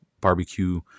barbecue